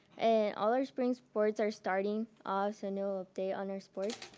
and all our spring sports are starting off, so no update on our sports.